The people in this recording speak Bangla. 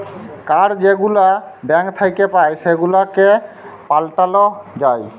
কাড় যেগুলা ব্যাংক থ্যাইকে পাই সেগুলাকে পাল্টাল যায়